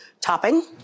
topping